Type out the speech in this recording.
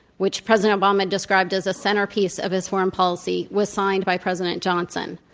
which president obama described as a centerpiece of his foreign policy, was signed by president johnson.